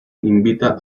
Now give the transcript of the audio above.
invita